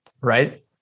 right